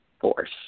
force